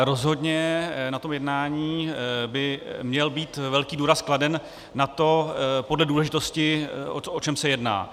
Rozhodně na tom jednání by měl být velký důraz kladen na to, podle důležitosti, o čem se jedná.